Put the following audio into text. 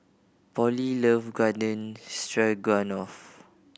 Pollie love Garden Stroganoff